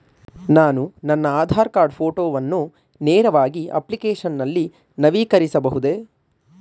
ನಾನು ನನ್ನ ಆಧಾರ್ ಕಾರ್ಡ್ ಫೋಟೋವನ್ನು ನೇರವಾಗಿ ಅಪ್ಲಿಕೇಶನ್ ನಲ್ಲಿ ನವೀಕರಿಸಬಹುದೇ?